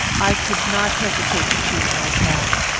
i could not hesitate to choose my path.